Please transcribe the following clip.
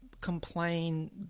complain